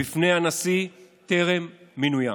בפני הנשיא טרם מינוים,